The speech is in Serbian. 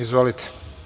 Izvolite.